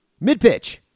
Mid-pitch